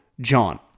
John